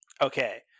okay